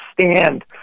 stand